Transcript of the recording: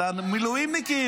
על המילואימניקים,